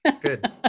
good